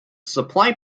supply